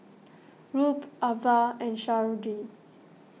Rube Avah and Sharde